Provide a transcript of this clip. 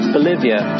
Bolivia